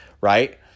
right